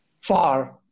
far